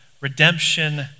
redemption